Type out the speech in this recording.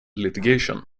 litigation